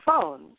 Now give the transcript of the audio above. phone